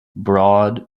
broad